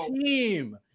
team